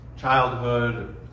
childhood